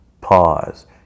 Pause